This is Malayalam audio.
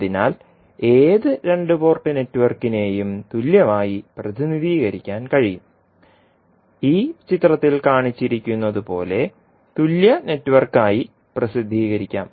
അതിനാൽ ഏത് രണ്ട് പോർട്ട് നെറ്റ്വർക്കിനെയും തുല്യമായി പ്രതിനിധീകരിക്കാൻ കഴിയും ഈ ചിത്രത്തിൽ കാണിച്ചിരിക്കുന്നതുപോലെ തുല്യ നെറ്റ്വർക്കായി പ്രസിദ്ധീകരിക്കാം